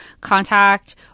contact